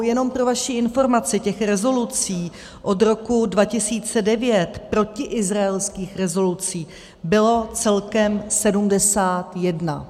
Jenom pro vaši informaci, těch rezolucí od roku 2009, protiizraelských rezolucí, bylo celkem 71.